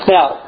Now